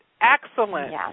Excellent